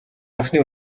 анхны